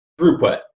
throughput